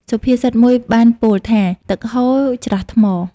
សុភាសិតមួយបានពោលថា "ទឹកហូរ ច្រោះថ្ម"។